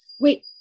wait